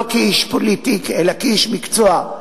לא כאיש פוליטי אלא כאיש מקצוע,